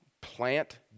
plant